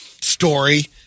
story